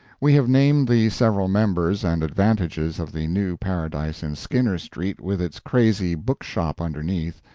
we have named the several members and advantages of the new paradise in skinner street, with its crazy book-shop underneath.